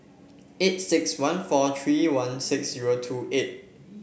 eight six one four three one six zero two eight